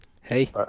Hey